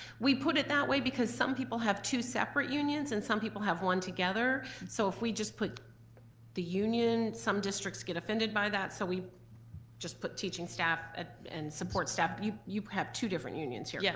we put it that way because some people have two separate unions and some people have one together, so if we just put the union, some districts get offended by that, so we just put teaching staff ah and support staff. you you have two different unions here, yeah